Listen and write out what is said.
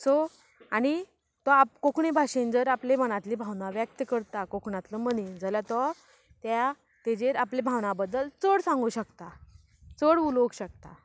so आनी तो आप कोंकणी भाशेन जर आपली मनांतली भावना व्यक्त करता कोंकणांतलो मनीस जाल्या तो त्या ताजेर आपले भावना बद्दल चड सांगूं शकता चड उलोवक शकता